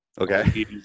okay